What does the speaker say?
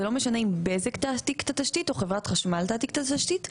זה לא משנה אם בזק תעתיק או חברת החשמל תעתיק את התשתית,